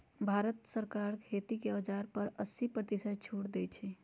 राज्य सरकार खेती के औजार पर अस्सी परतिशत छुट देई छई